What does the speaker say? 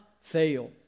fail